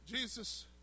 Jesus